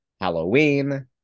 Halloween